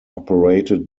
operated